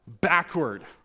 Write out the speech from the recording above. backward